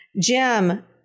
Jim